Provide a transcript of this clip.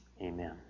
Amen